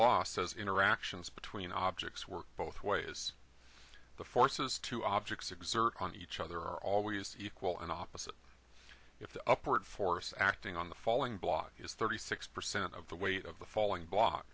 law says interactions between objects work both ways the forces two objects exert on each other are always equal and opposite if the upward force acting on the falling blog is thirty six percent of the weight of the falling block